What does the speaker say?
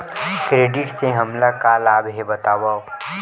Credit से हमला का लाभ हे बतावव?